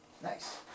Nice